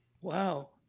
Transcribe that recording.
Wow